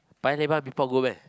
Paya-Lebar mee-pok good meh